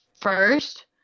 First